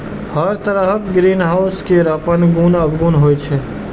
हर तरहक ग्रीनहाउस केर अपन गुण अवगुण होइ छै